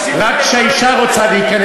שרוצה להקים